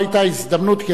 כי עוד לא נבחרת לכנסת,